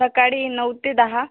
सकाळी नऊ ते दहा